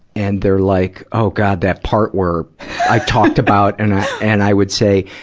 and they're, like, oh, god, that part where i talked about and i and i would say,